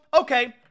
Okay